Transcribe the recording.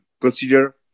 consider